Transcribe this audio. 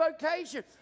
vocation